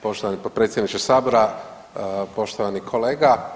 Poštovani potpredsjedniče Sabora, poštovani kolega.